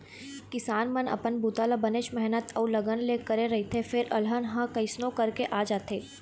किसान मन अपन बूता ल बनेच मेहनत अउ लगन ले करे रहिथे फेर अलहन ह कइसनो करके आ जाथे